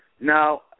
Now